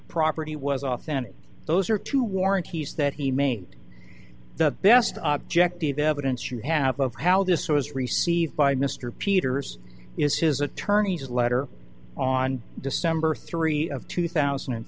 property was authentic those are two warranties that he made the best objectively evidence you have of how this was received by mr peters is his attorney's letter on december three of two thousand and